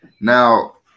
Now